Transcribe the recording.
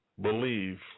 believe